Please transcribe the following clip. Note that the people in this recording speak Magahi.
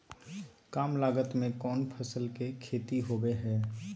काम लागत में कौन फसल के खेती होबो हाय?